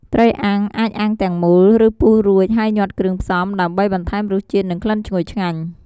ត្រីអាំង អាចអាំងទាំងមូល ឬពុះរួចហើយញាត់គ្រឿងផ្សំ ដើម្បីបន្ថែមរសជាតិ និងក្លិនឈ្ងុយឆ្ងាញ់។